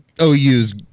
OU's